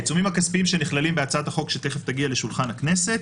העיצומים הכספיים שנכללים בהצעת החוק שתכף תגיע לשולחן הכנסת